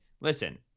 listen